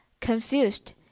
confused